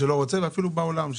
וגם בעולם,